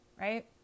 right